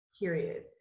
period